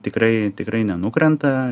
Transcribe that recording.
tikrai tikrai nenukrenta